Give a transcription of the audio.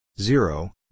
zero